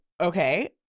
Okay